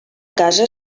casa